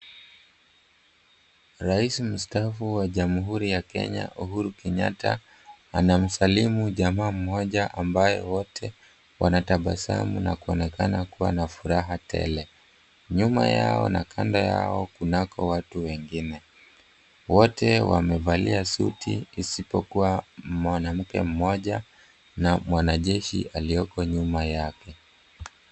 Rais mtaafu wa Jamuhuri ya Kenya Uhuru Kenyatta anamsalimu jamaa mmoja ambaye wote wanatabasamu na kuonekana kuwa na furaha tele. Nyuma yao na kando yao kunako watu wengine. Wote wamevalia suti isipokuwa mwanamke mmoja na mwanajeshi alioko nyuma yake.